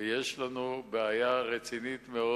ויש לנו בעיה רצינית מאוד